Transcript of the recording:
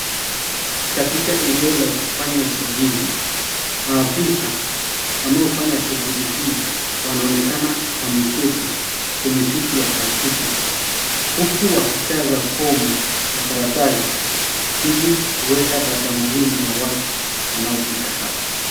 Katika eneo la kufanya usajili, maafisa wanaofanya shughuli hii wanaonekana wameketi kwenye viti ya plastiki uku wakijaza fomu na karatasi ili kuweka data muhimu ya watu wanaofika hapa.